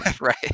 right